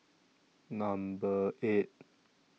Number eight